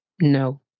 No